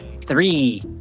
three